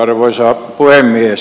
arvoisa puhemies